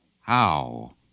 How